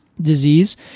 disease